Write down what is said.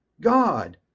God